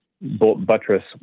buttress